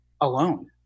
alone